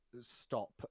stop